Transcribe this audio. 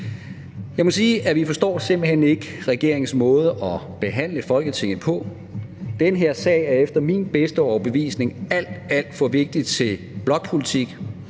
Jeg må sige, at vi simpelt hen ikke forstår regeringens måde at behandle Folketinget på. Den her sag er efter min bedste overbevisning alt, alt for vigtig til blokpolitik,